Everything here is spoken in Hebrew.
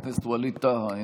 חבר הכנסת ווליד טאהא,